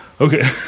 okay